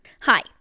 Hi